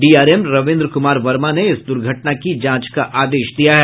DRM Ravindra Kumar Verma ने इस दुर्घटना की जांच का आदेश दिया है